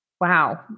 Wow